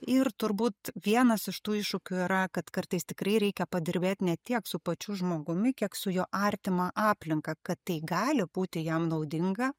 ir turbūt vienas iš tų iššūkių yra kad kartais tikrai reikia padirbėt ne tiek su pačiu žmogumi kiek su jo artima aplinka kad tai gali būti jam naudinga